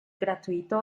gratuito